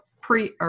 pre